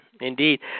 Indeed